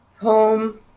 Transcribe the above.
Home